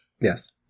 Yes